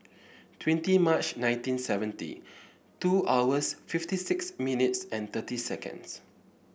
twenty March nineteen seventy two hours fifty six minutes and thirty seconds